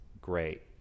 great